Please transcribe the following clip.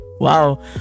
Wow